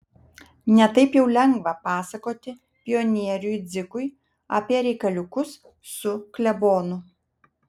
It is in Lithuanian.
ne taip jau lengva pasakoti pionieriui dzikui apie reikaliukus su klebonu